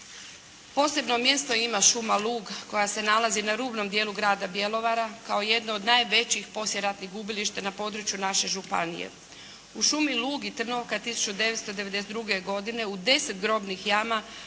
Posebno mjesto ima šuma Lug koja se nalazi na rubnom dijelu grada Bjelovara kao jedno od najvećih poslijeratnih gubilišta na području naše županije. U šumi Lug i Trnovka 1992. godine u deset grobnih jama